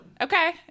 Okay